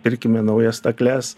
pirkime naujas stakles